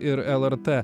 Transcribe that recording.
ir lrt